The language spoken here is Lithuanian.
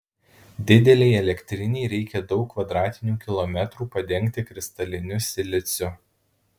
didelei elektrinei reikia daug kvadratinių kilometrų padengti kristaliniu siliciu